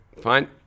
fine